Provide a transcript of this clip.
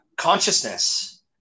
consciousness